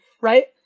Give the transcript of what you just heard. Right